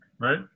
Right